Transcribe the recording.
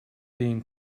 being